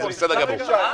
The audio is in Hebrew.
אבל בסדר גמור.